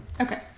Okay